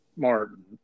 Martin